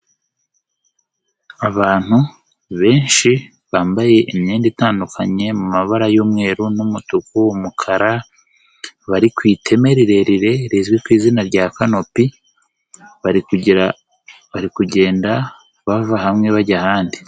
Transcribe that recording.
Abantu benshi bambaye imyenda itandukanye mu mabara y'umweru n'umutuku, umukara, bari ku iteme rirerire rizwi ku izina rya Kanopi, bari kugera, bari bari kugenda, bava hamwe bajya ahandi.